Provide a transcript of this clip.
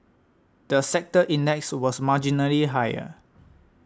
the sector index was marginally higher